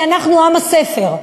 כי אנחנו עם הספר,